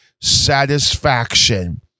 satisfaction